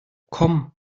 komm